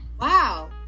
Wow